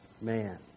man